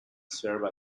served